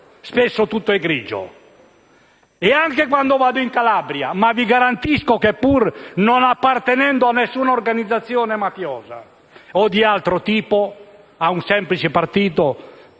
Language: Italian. Spesso tutto è grigio. Anche quando vado in Calabria vi garantisco che - pur non appartenendo ad alcuna organizzazione mafiosa o di altro tipo, ma a un semplice partito